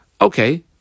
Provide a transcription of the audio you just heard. Okay